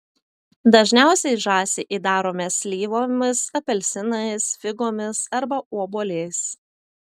dažniausiai žąsį įdarome slyvomis apelsinais figomis arba obuoliais